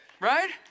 right